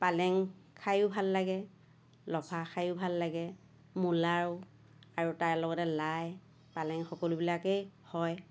পালেং খাইও ভাল লাগে লফা খাইও ভাল লাগে মূলাও আৰু তাৰ লগতে লাই পালেং সকলোবিলাকেই হয়